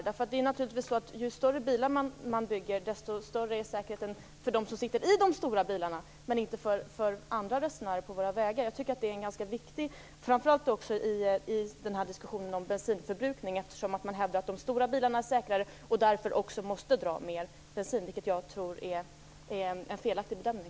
Ju större bilar som byggs, desto större är naturligtvis säkerheten för dem som sitter i de stora bilarna, men inte för andra resenärer ute på våra vägar. Det är ganska viktigt, framför allt i diskussionen om bensinförbrukningen. Det hävdas alltså att stora bilar är säkrare och att de därför måste de dra mera bensin, men jag tror att det är en felaktig bedömning.